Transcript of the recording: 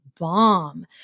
bomb